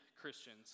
Christians